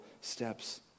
steps